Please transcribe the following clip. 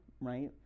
right